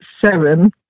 seven